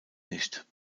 nicht